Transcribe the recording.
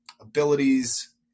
abilities